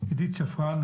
עידית שפרן,